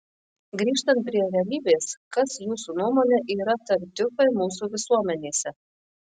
grįžtant prie realybės kas jūsų nuomone yra tartiufai mūsų visuomenėse